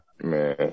Man